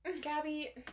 Gabby